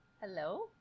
Hello